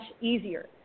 easier